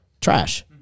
trash